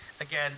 again